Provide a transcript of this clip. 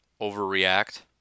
overreact